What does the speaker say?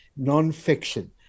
non-fiction